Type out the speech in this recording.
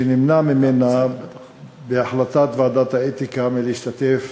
שנמנע ממנה בהחלטת ועדת האתיקה להשתתף